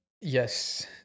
Yes